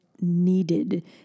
needed